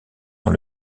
dans